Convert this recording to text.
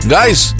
Guys